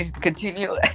continue